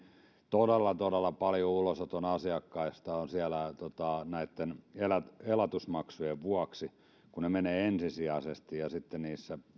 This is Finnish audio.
todella todella paljon ulosoton asiakkaista on siellä näiden elatusmaksujen vuoksi koska ne menevät ensisijaisesti ja ja sitten niissä